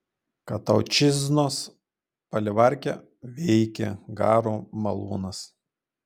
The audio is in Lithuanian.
kataučiznos palivarke veikė garo malūnas